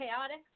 chaotic